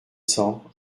cents